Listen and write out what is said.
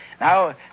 Now